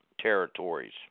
territories